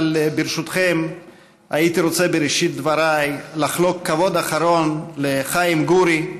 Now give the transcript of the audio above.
אבל ברשותכם הייתי רוצה בראשית דבריי לחלוק כבוד אחרון לחיים גורי,